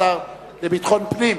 השר לביטחון פנים.